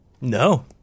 No